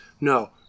No